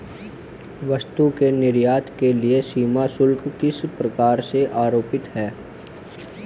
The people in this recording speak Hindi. वस्तु के निर्यात के लिए सीमा शुल्क किस प्रकार से आरोपित होता है?